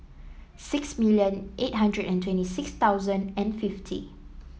six million eight hundred and twenty six thousand and fifty